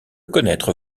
connaître